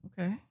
Okay